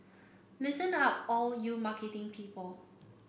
listened up all you marketing people